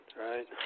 Right